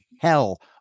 hell